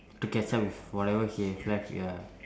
to catch up with whatever he have left ya